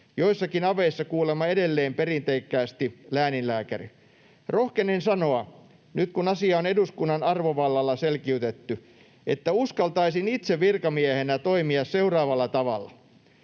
joissakin aveissa kuulemma edelleen perinteikkäästi lääninlääkäri. Rohkenen sanoa, nyt kun asia on eduskunnan arvovallalla selkiytetty, että uskaltaisin itse virkamiehenä toimia seuraavalla tavalla: